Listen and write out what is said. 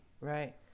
Right